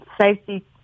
safety